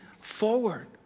forward